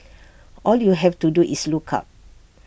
all you have to do is look up